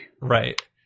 Right